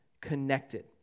connected